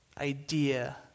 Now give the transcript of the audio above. idea